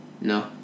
No